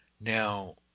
Now